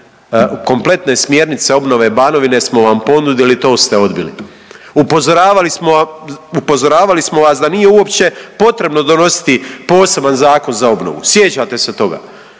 kompletne smjernice obnove Banovine smo vam ponudili to ste odbili. Upozoravali smo vas da nije uopće potrebno donositi poseban Zakon za obnovu, sjećate se toga.